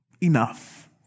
enough